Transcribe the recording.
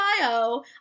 bio